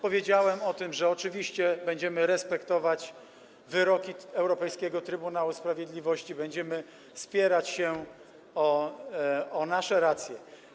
Powiedziałem, że oczywiście będziemy respektować wyroki Europejskiego Trybunału Sprawiedliwości, będziemy spierać się o nasze racje.